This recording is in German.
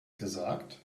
gesagt